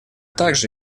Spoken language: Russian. также